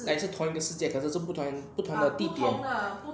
like 是同一个世界可是不同不同的地点